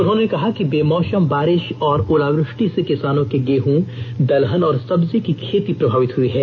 उन्होंने कहा है कि बेमौसम बारिश और ओलावृष्टि से किसानों के गेहूं दलहन और सब्जी की खेती प्रभावित हुई है